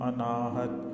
Anahat